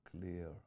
clear